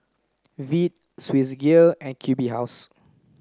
Veet Swissgear and Q B House